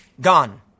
gone